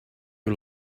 you